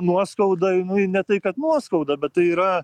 nuoskauda jinai ne tai kad nuoskauda bet tai yra